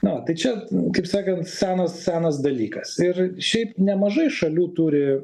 na tai čia kaip sakant senas senas dalykas ir šiaip nemažai šalių turi